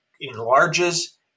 enlarges